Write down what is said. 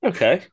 Okay